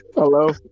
Hello